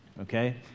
okay